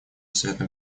советом